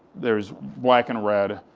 there's black and red,